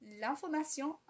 l'information